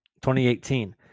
2018